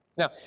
Now